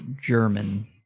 German